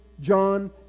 John